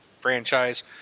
franchise